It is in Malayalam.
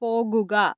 പോകുക